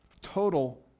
total